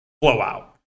Blowout